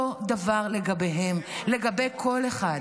אותו דבר לגביהם, לגבי כל אחד.